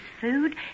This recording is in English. food